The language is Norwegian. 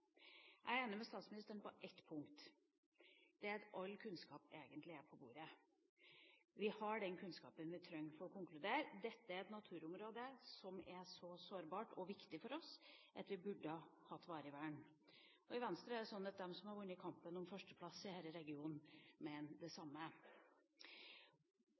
Jeg er enig med statsministeren på ett punkt, og det er at all kunnskap egentlig er på bordet. Vi har den kunnskapen vi trenger for å konkludere. Dette er et naturområde som er så sårbart og viktig for oss at vi burde hatt varig vern. I Venstre mener de som har vunnet kampen om førsteplassen i denne regionen, det samme. Om det